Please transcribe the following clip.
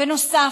בנוסף,